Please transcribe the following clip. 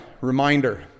reminder